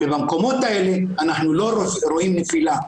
במקומות האלה אנחנו לא רואים נפילה,